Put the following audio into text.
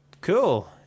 Cool